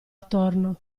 attorno